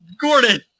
Gordon